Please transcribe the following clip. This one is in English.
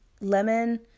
lemon